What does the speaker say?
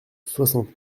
soixante